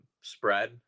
spread